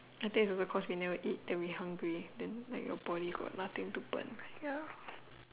I think it's also cause we never eat then we hungry then like your body got nothing to burn ya